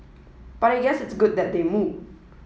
but I guess it's good that they move